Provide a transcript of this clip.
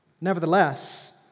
Nevertheless